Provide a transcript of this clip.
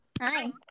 Hi